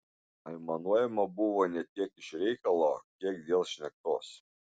aimanuojama buvo ne tiek iš reikalo kiek dėl šnektos